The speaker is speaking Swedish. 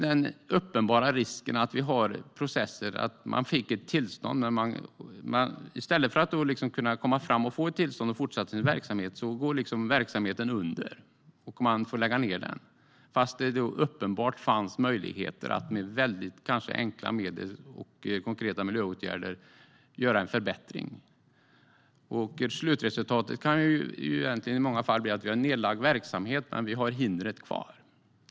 Den uppenbara risken är att i stället för att man får ett tillstånd och kan fortsätta verksamheten går verksamheten under och måste läggas ned, fastän det uppenbart finns möjligheter att med enkla medel och konkreta miljöåtgärder göra en förbättring. Slutresultatet är i många fall en nedlagd verksamhet, men hindret finns kvar.